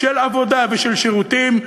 עבודה ושירותים,